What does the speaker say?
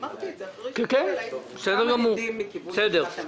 אמרתי זה אחרי שהגיעו אלי כמה הדים מכיוון לשכת המבקר.